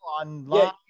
online